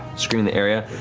screening the area,